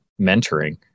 mentoring